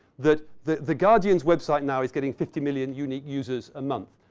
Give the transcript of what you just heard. that the the guardian's website now is getting fifty million unique users a month.